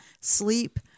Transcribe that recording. sleep